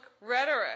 rhetoric